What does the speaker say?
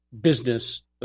business